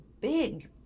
big